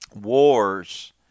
wars